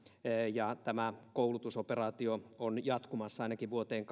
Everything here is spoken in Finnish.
ja tämä koulutusoperaatio on jatkumassa ainakin vuoteen